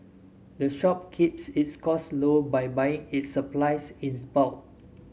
the shop keeps its costs low by buying its supplies in bulk